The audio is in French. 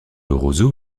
roseau